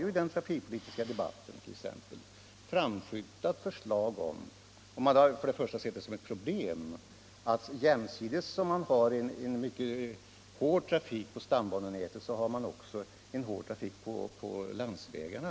I den trafikpolitiska debatten har man sett det som ett problem att det jämsides med en mycket hård trafik på stambanenätet också är en mycket hård trafik på landsvägarna.